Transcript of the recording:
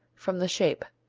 from the shape.